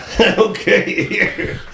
okay